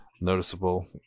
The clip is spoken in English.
noticeable